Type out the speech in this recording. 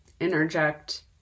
interject